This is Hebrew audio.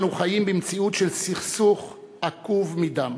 אנו חיים במציאות של סכסוך עקוב מדם.